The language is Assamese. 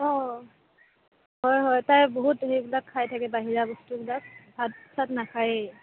অঁ হয় হয় তাই বহুত সেইবিলাক খাই থাকে বাহিৰা বস্তুবিলাক ভাত চাত নাখায়েই